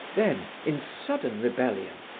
then, in sudden rebellion,